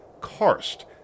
Karst